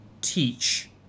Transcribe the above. teach